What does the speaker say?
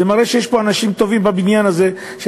זה מראה שיש פה בבניין הזה אנשים טובים